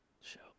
Show